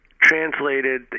translated